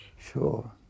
sure